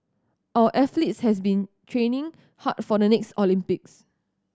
our athletes has been training hard for the next Olympics